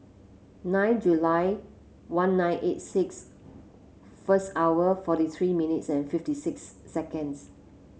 nine July one nine eight six first hour forty three minutes and fifty six seconds